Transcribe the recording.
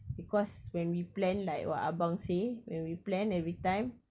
because when we plan like what abang say when we plan every time